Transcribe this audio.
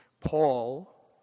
Paul